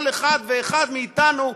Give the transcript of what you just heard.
כל אחד ואחד מאתנו,